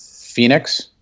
Phoenix